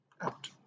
out